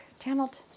channeled